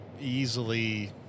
easily